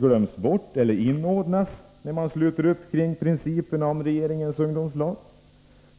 glöms bort eller inordnas när man sluter upp kring principen om regeringens ungdomslag.